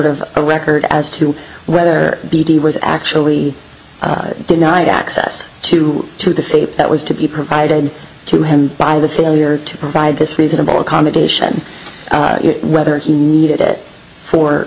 of a record as to whether d d was actually denied access to to the fate that was to be provided to him by the failure to provide this reasonable accommodation whether he needed it for